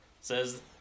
says